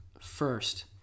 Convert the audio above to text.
first